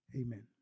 amen